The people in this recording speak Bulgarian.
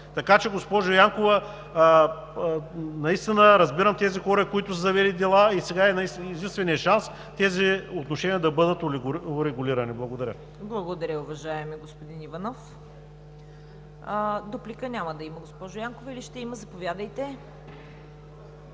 Така че, госпожо Янкова, наистина разбирам тези хора, които са завели дела, и сега е единственият шанс тези отношения да бъдат урегулирани. Благодаря. ПРЕДСЕДАТЕЛ ЦВЕТА КАРАЯНЧЕВА: Благодаря, уважаеми господин Иванов. Дуплика няма да има, госпожо Янкова, или ще има? Заповядайте.